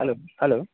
hello hello